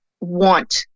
want